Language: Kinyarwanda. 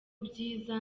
byiza